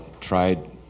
tried